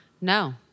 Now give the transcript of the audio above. No